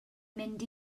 mynd